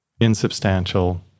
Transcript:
insubstantial